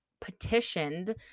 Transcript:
petitioned